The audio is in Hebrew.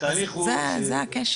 התהליך הוא --- זה הכשל.